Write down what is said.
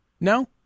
No